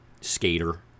skater